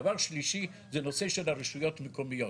דבר שלישי, זה נושא של רשויות מקומיות.